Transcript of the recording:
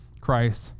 christ